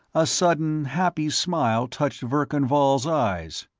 a sudden happy smile touched verkan vall's eyes.